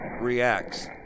reacts